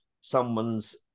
someone's